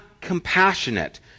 compassionate